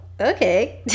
okay